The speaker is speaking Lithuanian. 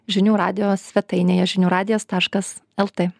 žinių radijo svetainėje žinių radijas taškas elte